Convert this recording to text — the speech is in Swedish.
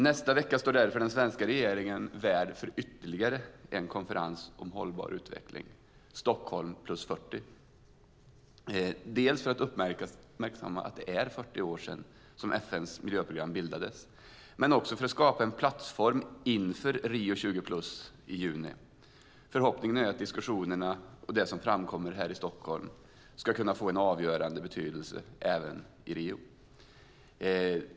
Nästa vecka står den svenska regeringen värd för ytterligare en konferens om hållbar utveckling, Stockholm + 40, för att uppmärksamma att det är 40 år sedan FN:s miljöprogram bildades och för att skapa en plattform inför Rio + 20 i juni. Förhoppningen är att diskussionerna och det som framkommer här i Stockholm ska kunna få en avgörande betydelse i Rio.